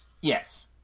Yes